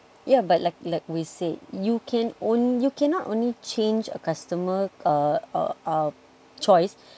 yeah but like like we said you can own you cannot only change a customer uh uh choice